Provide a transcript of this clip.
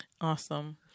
Awesome